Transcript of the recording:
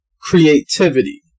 creativity